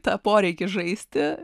tą poreikį žaisti